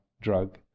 drug